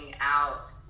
out